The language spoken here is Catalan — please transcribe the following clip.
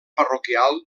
parroquial